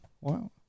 Wow